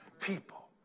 people